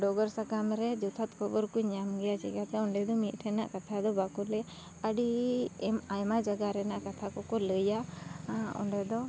ᱰᱚᱜᱚᱨ ᱥᱟᱠᱟᱢ ᱨᱮ ᱡᱚᱛᱷᱟᱛ ᱠᱷᱚᱵᱚᱨ ᱠᱚᱧ ᱧᱟᱢ ᱜᱮᱭᱟ ᱪᱤᱠᱟᱹᱛᱮ ᱚᱸᱰᱮ ᱫᱚ ᱢᱤᱫᱴᱷᱮᱱᱟᱜ ᱠᱟᱛᱷᱟ ᱫᱚ ᱵᱟᱠᱚ ᱞᱟᱹᱭᱟ ᱟᱹᱰᱤ ᱮᱢ ᱟᱭᱢᱟ ᱡᱟᱭᱜᱟ ᱨᱮᱱᱟᱜ ᱠᱟᱛᱷᱟ ᱠᱚᱠᱚ ᱞᱟᱹᱭᱟ ᱚᱸᱰᱮ ᱫᱚ